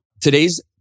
today's